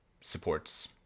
supports